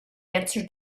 answer